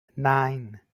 nine